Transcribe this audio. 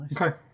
Okay